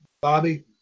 Bobby